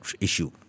issue